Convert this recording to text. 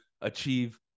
achieve